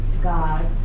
God